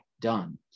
done